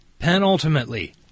Penultimately